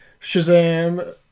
Shazam